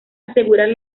asegurar